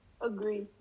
Agree